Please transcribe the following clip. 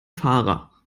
fahrer